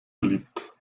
beliebt